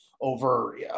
over